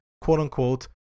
quote-unquote